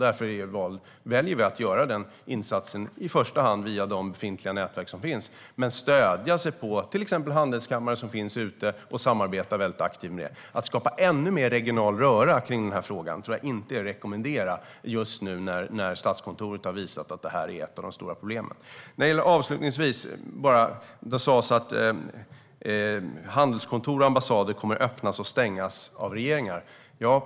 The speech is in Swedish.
Därför väljer vi att göra den insatsen i första hand via de befintliga nätverken men också stödja oss på till exempel handelskammare som finns ute i världen och samarbeta väldigt aktivt med dem. Att skapa ännu mer regional röra i den här frågan tror jag inte är att rekommendera just nu när Statskontoret har visat att det här är ett av de stora problemen. Avslutningsvis: Det sas att handelskontor och ambassader kommer att öppnas och stängas av regeringar.